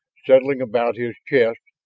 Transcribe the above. settling about his chest,